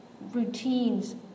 routines